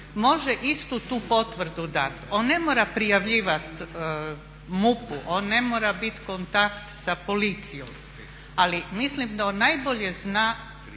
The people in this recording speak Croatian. može istu tu potvrdu dati. On ne mora prijavljivati MUP-u, on ne mora biti kontakt sa policijom, ali mislim da on najbolje zna